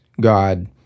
God